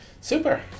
super